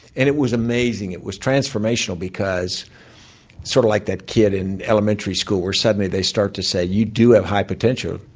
and it was amazing. it was transformational because sort of like that kid in elementary school, where suddenly they start to say, you do have high potential,